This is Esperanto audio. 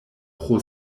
pro